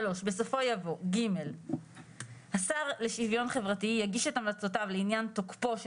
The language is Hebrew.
בסופו יבוא: ג.השר לשוויון חברתי יגיש את המלצותיו לעניין תוקפו של